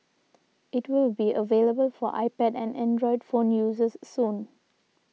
it will be available for iPad and Android phone users soon